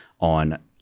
on